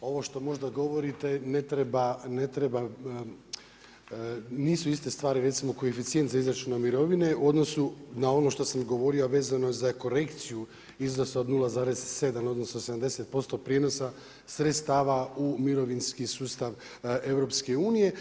Ovo što možda govorite ne treba, nisu iste stvari, recimo koeficijent za izračune mirovine u odnosu na ono što sam govorio a vezano je za korekciju iznosa od 0,7, odnosno 70% prijenosa sredstava u mirovinski sustav EU.